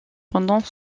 pendant